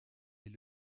est